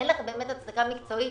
אין לך באמת הצדקה מקצועית,